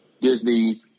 Disney